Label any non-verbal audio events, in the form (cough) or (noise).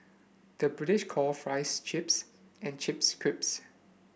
the British calls fries chips and chips (unintelligible)